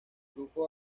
grupo